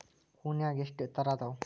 ಹೂನ್ಯಾಗ ಎಷ್ಟ ತರಾ ಅದಾವ್?